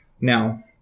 Now